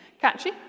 Catchy